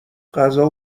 غذا